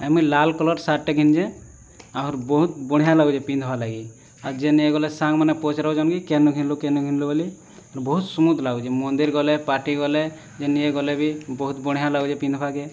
ଆ ମୁଁ ଲାଲ୍ କଲର ସାର୍ଟଟିଏ କିଣିଛି ଆହୁରି ବହୁତ ବଢ଼ିଆ ଲାଗୁଛି ପିନ୍ଧିବାର ଲାଗି ଆଉ ଯେନେକେ ଗଲେ ସାଙ୍ଗମାନେ ପଚାରୁଛନ୍ତି କି କେନୁ କିଣିଲୁ କେନୁ କିଣିଲୁ ବୋଲି ବହୁତ ସ୍ମୁଥ୍ ଲାଗୁଛି ମନ୍ଦିର ଗଲେ ପାର୍ଟି ଗଲେ ଯେଉଁଠିକୁ ଗଲେ ବି ବହୁତ ବଢ଼ିଆ ଲାଗୁଛି ପିନ୍ଧବାକୁ